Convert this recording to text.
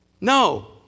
No